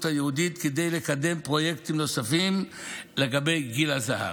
היהודית כדי לקדם פרויקטים נוספים לגבי גיל הזהב.